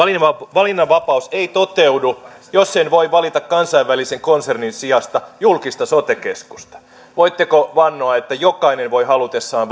valinnanvapaus ei toteudu jos ei voi valita kansainvälisen konsernin sijasta julkista sote keskusta voitteko vannoa että jokainen voi halutessaan